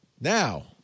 Now